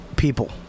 people